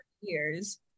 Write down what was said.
years